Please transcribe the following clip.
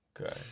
Okay